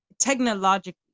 technologically